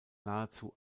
nahezu